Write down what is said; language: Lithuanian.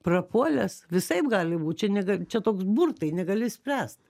prapuolęs visaip gali būt čia ne ga čia toks burtai negali spręst